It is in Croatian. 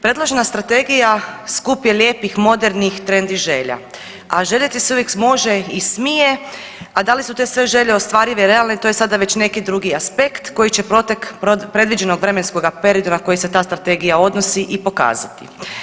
Predložena strategija skup je lijepih i modernih trendi želja, a željeti se uvijek može i smije, a da li su sve te želje ostvarive i realne to je sada već neki drugi aspekt koji će protek predviđenog vremenskog perioda na koji se ta strategija odnosi i pokazati.